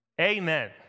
amen